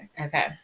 Okay